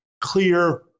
clear